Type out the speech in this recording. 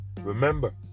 Remember